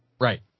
Right